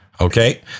Okay